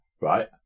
right